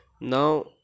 Now